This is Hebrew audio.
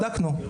בדקנו.